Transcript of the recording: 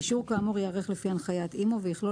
אישור כאמור יערך לפי הנחיית אימ"ו ויכלול